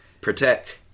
Protect